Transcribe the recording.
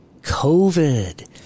COVID